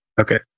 Okay